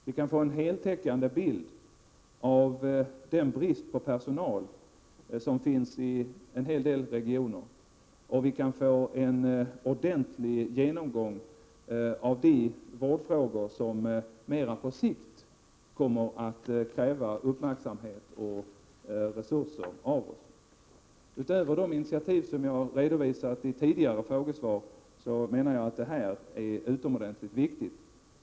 Vi kan få en heltäckande bild av den brist på personal som råder i en hel del regioner, och vi kan få en ordentlig genomgång av de vårdfrågor som mera på sikt kommer att kräva uppmärksamhet och resurser av oss. Utöver de initiativ som jag har redovisat i tidigare frågesvar är detta enligt min mening utomordentligt viktigt.